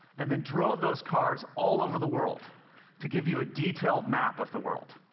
and then drove those cars all over the world to give you a detailed map of the world.